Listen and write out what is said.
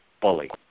bully